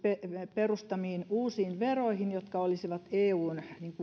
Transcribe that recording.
perustamiin uusiin veroihin jotka olisivat eun